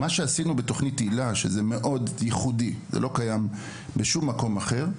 מה שעשינו בתוכנית היל"ה שהוא מאוד ייחודי ולא קיים בשום מקום אחר,